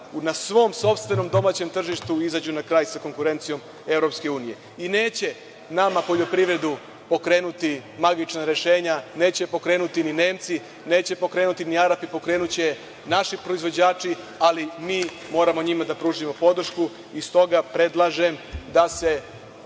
na svom sopstvenom domaćem tržištu izađu na kraj sa konkurencijom EU. I neće nama poljoprivredu pokrenuti magična rešenja, neće je pokrenuti ni Nemci, neće pokrenuti ni Arapi, pokrenuće je naši proizvođači, ali mi moramo njima da pružimo podršku. Stoga predlažem da se